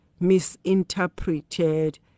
misinterpreted